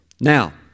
Now